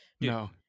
no